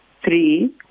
Three